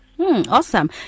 Awesome